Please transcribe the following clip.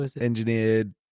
Engineered